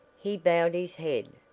he bowed his head,